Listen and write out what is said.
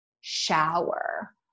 shower